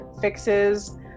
fixes